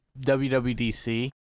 WWDC